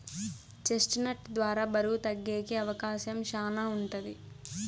chest నట్ ద్వారా బరువు తగ్గేకి అవకాశం శ్యానా ఉంటది